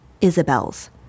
Isabel's